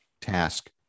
task